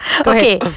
Okay